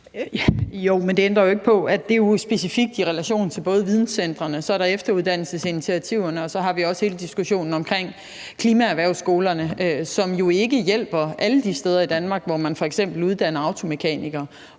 Jo, men det ændrer jo ikke på, at det specifikt er i relation til videncentrene. Så er der efteruddannelsesinitiativerne, og så har vi også hele diskussionen omkring klimaerhvervsskolerne, som jo ikke hjælper alle de steder i Danmark, hvor man f.eks. uddanner automekanikere,